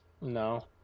No